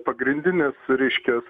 pagrindinis reiškias